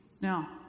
Now